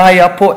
מה היה פה,